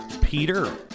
Peter